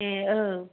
ए औ